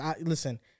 Listen